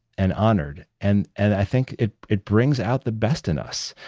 and honored. and and i think it it brings out the best in us.